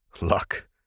Luck